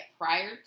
prior